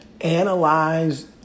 analyze